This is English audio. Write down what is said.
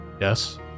yes